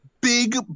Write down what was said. big